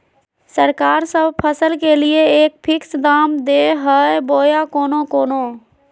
सरकार सब फसल के लिए एक फिक्स दाम दे है बोया कोनो कोनो?